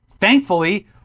Thankfully